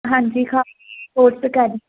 ਹਾਂਜੀ